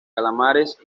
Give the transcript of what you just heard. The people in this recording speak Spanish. calamares